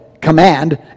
command